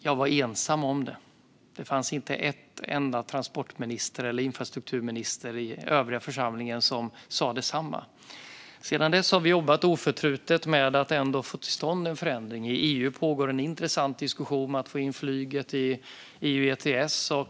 Jag var ensam om detta; det fanns inte en enda transportminister eller infrastrukturminister i den övriga församlingen som sa detsamma. Sedan dess har vi jobbat oförtrutet med att ändå få till stånd en förändring. I EU pågår en intressant diskussion om att få in flyget i EU ETS.